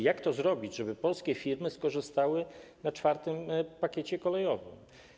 Jak to zrobić, żeby polskie firmy skorzystały na IV pakiecie kolejowym?